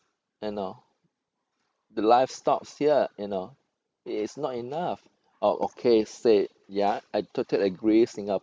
you know the livestocks here you know it is not enough oh okay same ya I totally agree singapore